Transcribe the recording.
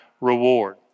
reward